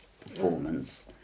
performance